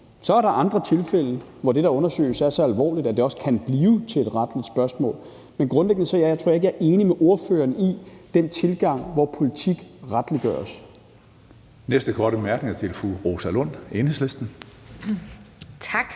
Så er der andre tilfælde, hvor det, der undersøges, er så alvorligt, at det også kan blive til et retligt spørgsmål, men grundlæggende tror jeg ikke jeg er enig med ordføreren i den tilgang, hvor politik retliggøres. Kl. 16:03 Tredje næstformand (Karsten